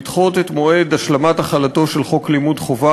לדחות את מועד השלמת החלתו של חוק לימוד חובה